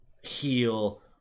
heal